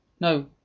No